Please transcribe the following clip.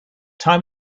time